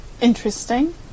Interesting